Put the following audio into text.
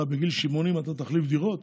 בגיל 80 אתה תחליף דירות